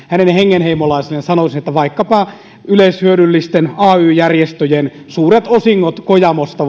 hänen hengenheimolaisilleen sanoisin että vaikkapa yleishyödyllisten ay järjestöjen suuret osingot kojamosta